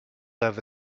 over